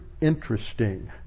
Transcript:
interesting